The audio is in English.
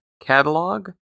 catalog